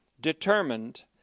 determined